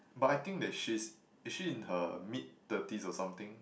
but I think that she's is she in her mid thirties or something